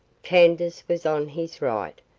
candace was on his right,